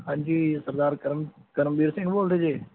ਹਾਂਜੀ ਸਰਦਾਰ ਕਰਮ ਕਰਮਵੀਰ ਸਿੰਘ ਬੋਲਦੇ ਜੇ